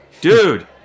Dude